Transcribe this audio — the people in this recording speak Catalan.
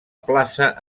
plaça